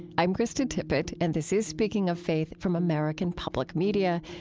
i'm krista tippett, and this is speaking of faith from american public media.